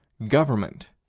government,